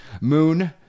Moon